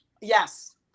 Yes